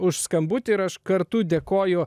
už skambutį ir aš kartu dėkoju